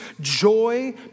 joy